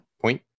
point